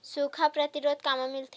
सुखा प्रतिरोध कामा मिलथे?